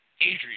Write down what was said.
Adrian